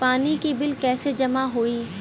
पानी के बिल कैसे जमा होयी?